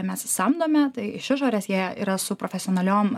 mes samdome tai ši išorės jie yra su profesionaliom